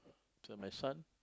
tell my son